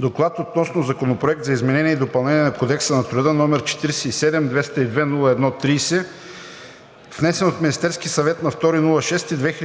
„ДОКЛАД относно Законопроект за изменение и допълнение на Кодекса на труда, № 47-202-01-30, внесен от Министерския съвет на 2 юни